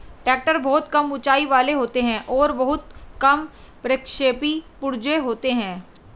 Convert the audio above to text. tractor बहुत कम ऊँचाई वाले होते हैं और बहुत कम प्रक्षेपी पुर्जे होते हैं